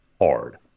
hard